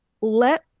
let